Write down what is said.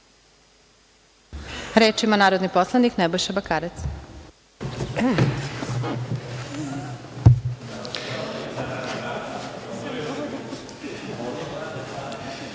(Da)Reč ima narodni poslanik Nebojša Bakarec.